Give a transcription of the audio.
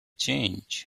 change